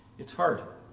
it's hard